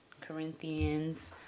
Corinthians